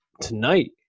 tonight